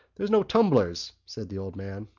there's no tumblers, said the old man.